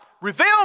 reveal